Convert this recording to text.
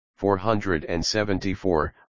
474